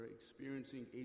experiencing